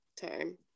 time